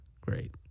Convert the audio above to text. Great